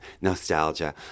nostalgia